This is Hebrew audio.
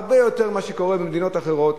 הרבה יותר ממה שקורה במדינות אחרות.